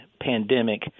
pandemic